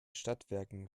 stadtwerken